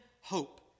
hope